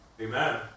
Amen